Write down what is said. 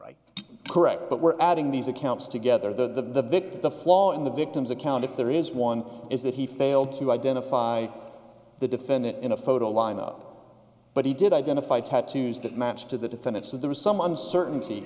right correct but we're adding these accounts together the victim the flaw in the victim's account if there is one is that he failed to identify the defendant in a photo lineup but he did identify tattoos that matched to the defendant so there was some uncertainty